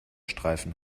streifen